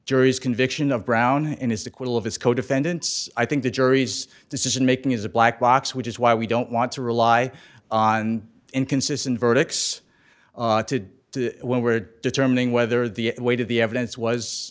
jury's conviction of brown and his acquittal of his co defendants i think the jury's decision making is a black box which is why we don't want to rely on inconsistent verdicts to to when we're determining whether the weight of the evidence was